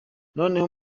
noneho